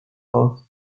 thought